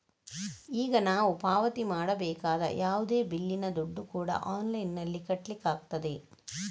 ಈಗ ನಾವು ಪಾವತಿ ಮಾಡಬೇಕಾದ ಯಾವುದೇ ಬಿಲ್ಲಿನ ದುಡ್ಡು ಕೂಡಾ ಆನ್ಲೈನಿನಲ್ಲಿ ಕಟ್ಲಿಕ್ಕಾಗ್ತದೆ